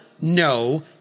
no